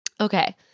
Okay